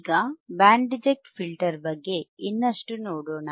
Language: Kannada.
ಈಗ ಬ್ಯಾಂಡ್ ರಿಜೆಕ್ಟ್ ಫಿಲ್ಟರ್ ಬಗ್ಗೆ ಇನ್ನಷ್ಟು ನೋಡೋಣ